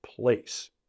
place